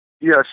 Yes